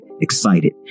excited